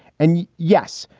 and yes,